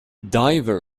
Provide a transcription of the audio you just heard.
diver